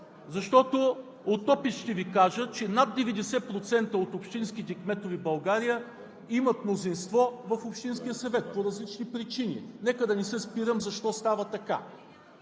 Защото, от опит ще Ви кажа, че над 90% от общинските кметове в България имат мнозинство в общинския съвет по различни причини. Нека да не се спирам на това защо